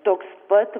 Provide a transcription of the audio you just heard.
toks pat